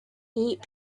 eat